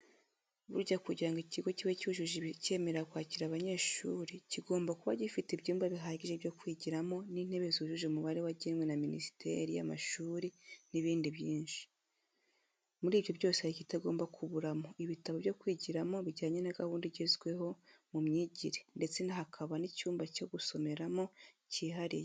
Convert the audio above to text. Burya kugira ngo ikigo kibe cyujuje ibicyemerera kwakira abanyeshuri, kigomba kuba gifite ibyumba bihagije byo kwigiramo n'intebe zujuje umubare wagenwe na minisiteri y'amashuri n'ibindi byinshi. Muri ibyo byose hari ikitagomba kuburamo ibitabo byo kwigiramo bijyanye n'agahunda igezweho mu myigire ndetse hakaba n'icyumba cyo gusomeramo cyihariye.